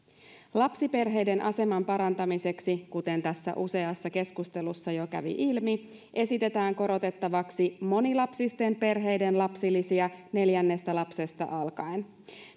lapsiperheiden aseman parantamiseksi kuten tässä useassa keskustelussa jo kävi ilmi esitetään korotettavaksi monilapsisten perheiden lapsilisiä neljännestä lapsesta alkaen